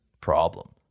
problem